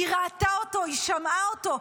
היא ראתה אותו, היא שמעה אותו.